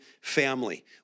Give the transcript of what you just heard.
family